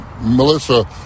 melissa